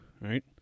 Right